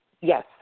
yes